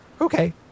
Okay